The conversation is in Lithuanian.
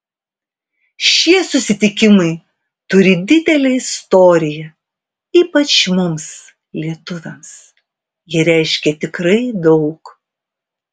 šie susitikimai turi didelę istoriją ypač mums lietuviams jie reiškia tikrai daug